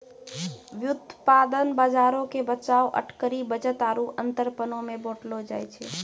व्युत्पादन बजारो के बचाव, अटकरी, बचत आरु अंतरपनो मे बांटलो जाय छै